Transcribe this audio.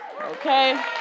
Okay